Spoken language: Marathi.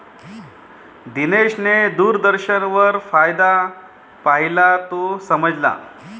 दिनेशने दूरदर्शनवर फायदा पाहिला, तो समजला